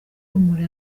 urumuri